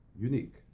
unique